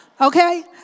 okay